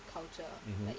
mmhmm